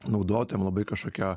naudotojam labai kažkokio